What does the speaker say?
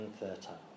infertile